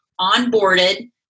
onboarded